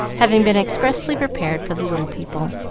having been expressly prepared for the little people.